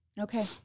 Okay